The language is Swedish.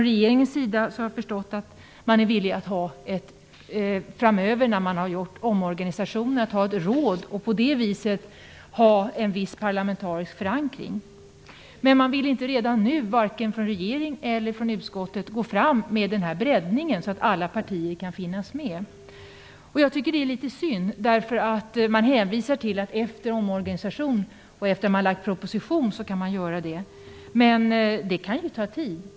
Jag har förstått att regeringen är villig att framöver, när man har gjort en omorganisation, ha ett råd och på det viset ha en viss parlamentarisk förankring. Men man vill inte redan nu, vare sig från regeringen eller utskottet, gå fram med den här breddningen så att alla partier kan finnas med. Jag tycker det är synd. Man hänvisar till att man kan göra det efter omorganisation och efter att ha framlagt en proposition. Men det kan ta tid.